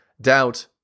doubt